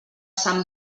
sant